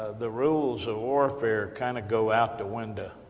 the rules of warfare, kind of go out the window.